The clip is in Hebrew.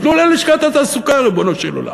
תנו ללשכת התעסוקה, ריבונו של עולם.